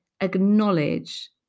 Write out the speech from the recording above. acknowledge